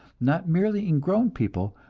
not merely in grown people,